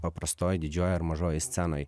paprastoj didžiojoj ar mažojoj scenoj